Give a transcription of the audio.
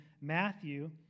Matthew